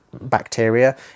bacteria